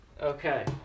Okay